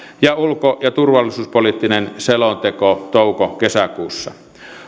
ja ulko ja turvallisuuspoliittinen selonteko touko kesäkuussa